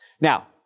Now